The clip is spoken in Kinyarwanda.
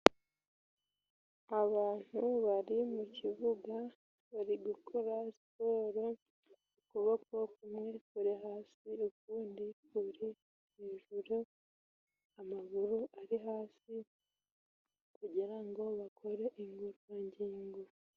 Abantu bari mu kibuga bari gukora siporo, ukuboko kumwe kuri hasi ukundi kuri hejuru, amaguru ari hasi kugira ngo bakore ingororangingo.